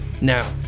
Now